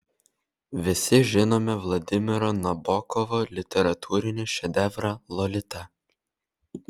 visi žinome vladimiro nabokovo literatūrinį šedevrą lolita